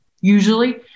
usually